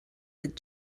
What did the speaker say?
with